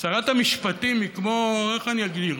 שרת המשפטים היא כמו, איך אני אגיד?